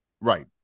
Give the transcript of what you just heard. Right